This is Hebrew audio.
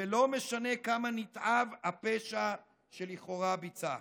ולא משנה כמה נתעב הפשע שלכאורה ביצע.